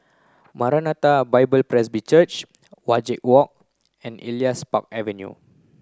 Maranatha Bible Presby Church Wajek Walk and Elias Park Avenue